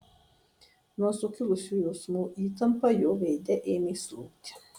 nuo sukilusių jausmų įtampa jo veide ėmė slūgti